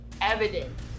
evidence